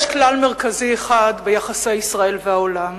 יש כלל מרכזי אחד ביחסי ישראל והעולם: